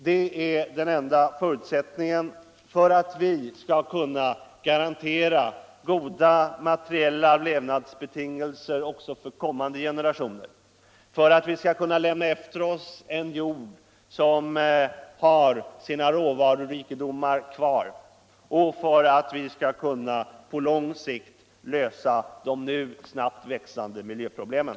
Det är den enda förutsättningen för att vi skall kunna garantera goda materiella levnadsbetingelser också för kommande generationer, för att vi skall kunna lämna efter oss en jord som har sina råvarurikedomar kvar och för att vi på lång sikt skall kunna lösa de nu snabbt växande miljöproblemen.